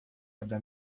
abra